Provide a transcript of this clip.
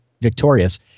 victorious